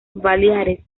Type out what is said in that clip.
baleares